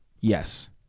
Yes